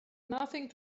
nothing